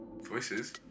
Voices